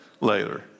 later